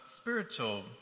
spiritual